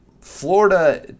Florida